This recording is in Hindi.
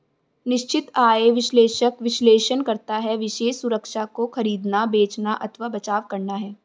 निश्चित आय विश्लेषक विश्लेषण करता है विशेष सुरक्षा को खरीदना, बेचना अथवा बचाव करना है